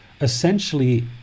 essentially